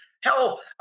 hell